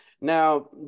Now